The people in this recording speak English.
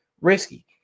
risky